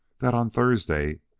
that on thursday,